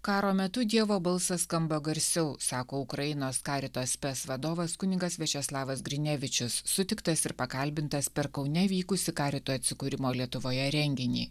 karo metu dievo balsas skamba garsiau sako ukrainos carito spes vadovas kunigas viačeslavas grinevičius sutiktas ir pakalbintas per kaune vykusį karito atsikūrimo lietuvoje renginį